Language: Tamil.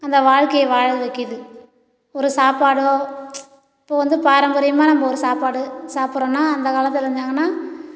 அந்த வாழ்க்கையை வாழ வைக்குது ஒரு சாப்பாடோ இப்போது வந்து பாரம்பரியமாக நம்ம ஒரு சாப்பாடு சாப்படறோம்னால் அந்த காலத்தில் என்னாங்கன்னால்